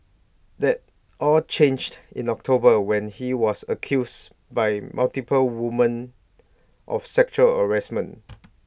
that all changed in October when he was accused by multiple women of sexual harassment